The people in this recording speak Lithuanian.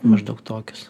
maždaug tokios